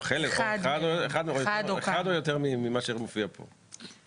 אחד או יותר ממה שמופיע פה.